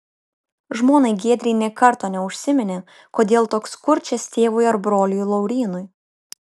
žmonai giedrei nė karto neužsiminė kodėl toks kurčias tėvui ar broliui laurynui